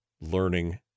learning